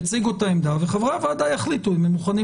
יציגו את העמדה וחברי הוועדה יחליטו אם הם מוכנים